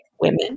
women